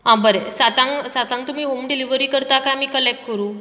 आं बरें सातांक सातांक तुमी हॉम डिलीवरी करतात काय आमी कलेक्ट करूं